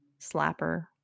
slapper